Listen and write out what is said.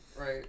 Right